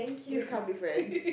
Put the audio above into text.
we can't be friends